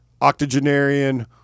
octogenarian